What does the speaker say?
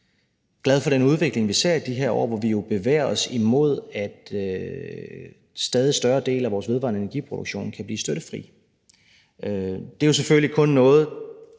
ret glad for den udvikling, vi ser i de her år, hvor vi jo bevæger os hen imod, at en stadig større del af vores vedvarende energiproduktion kan blive støttefri. Det er selvfølgelig kun noget,